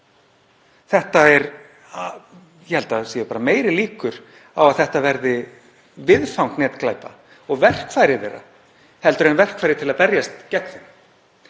hálft ár. Ég held að það séu bara meiri líkur á að þetta verði viðfang netglæpa og verkfæri þeirra heldur en verkfæri til að berjast gegn þeim.